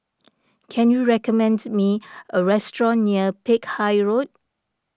can you recommend me a restaurant near Peck Hay Road